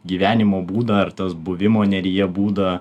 gyvenimo būdą ar tas buvimo neryje būdą